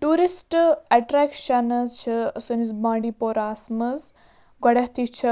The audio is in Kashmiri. ٹوٗرِسٹ اٮ۪ٹرٛٮ۪کشَنٕز چھِ سٲنِس بانڈی پوراہَس منٛز گۄڈنٮ۪تھٕے چھِ